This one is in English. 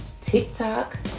TikTok